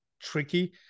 tricky